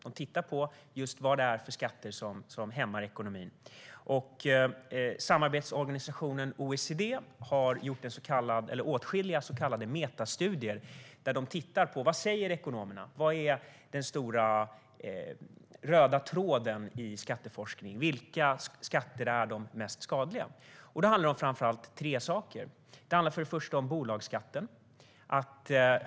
De tittar just på vilka skatter som hämmar ekonomin. Samarbetsorganisationen OECD har gjort åtskilliga så kallade metastudier där de tittar på vad ekonomerna säger - vad är den stora röda tråden i skatteforskningen? Vilka skatter är de mest skadliga? Det handlar om framför allt tre saker. För det första handlar det om bolagsskatten.